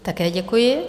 Také děkuji.